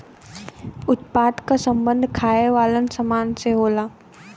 उत्पादन क सम्बन्ध खाये वालन सामान से होला